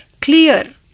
Clear